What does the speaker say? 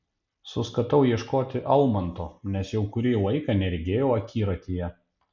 suskatau ieškoti almanto nes jau kurį laiką neregėjau akiratyje